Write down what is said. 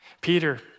Peter